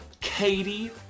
Katie